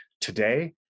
Today